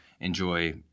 enjoy